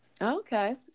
okay